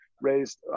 raised